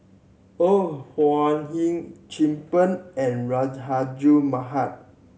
Ore Huiying Chin Peng and Rahayu Mahzam